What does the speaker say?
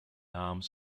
arms